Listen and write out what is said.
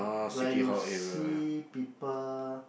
where you see people